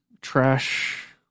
trash